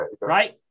right